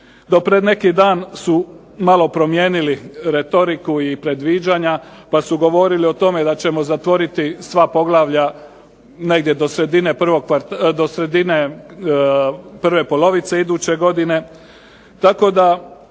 Do pred neki dan su malo promijenili retoriku i predviđanja pa su govorili o tome da ćemo zatvoriti sva poglavlja negdje do sredine prve polovice iduće godine